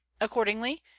accordingly